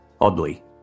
Oddly